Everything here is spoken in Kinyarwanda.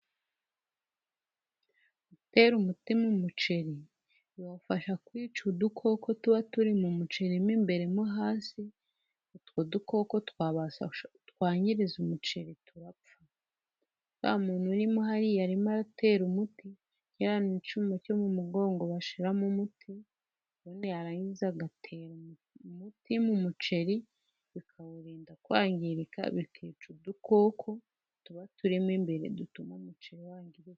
Gutere umuti mu muceri, bibafasha kwica udukoko tuba turi mu muceri mo imbere mo hasi, utwo dukoko twangiriza umuceri turapfa. Wa muntu urimo hariya arimo aratera umuti, yambaye icyuma cyo mu mugongo bashiramo umuti, ubundi yarangiza agatera umuti mu muceri, bikawurinda kwangirika, bikica udukoko, tuba turimo imbere dutuma umuceri wangirika.